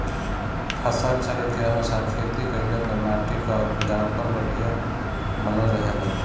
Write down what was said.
फसल चक्र के अनुसार खेती कइले पर माटी कअ उपजाऊपन बढ़िया बनल रहेला